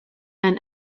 and